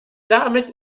damit